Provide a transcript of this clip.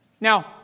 Now